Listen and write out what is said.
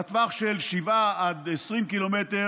בטווח של 7 עד 20 קילומטר,